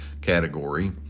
category